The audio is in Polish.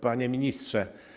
Panie Ministrze!